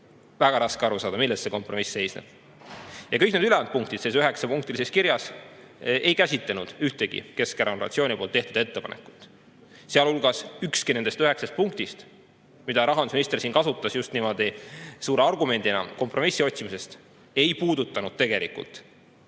väga raske aru saada, milles see kompromiss seisneb. Ja kõik need ülejäänud punktid selles üheksapunktilises kirjas ei käsitlenud ühtegi Keskerakonna fraktsiooni tehtud ettepanekut, sealhulgas ükski nendest üheksast punktist, mida rahandusminister siin kasutas just niimoodi suure argumendina kompromissi otsimisest, ei puudutanud tegelikult